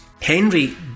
Henry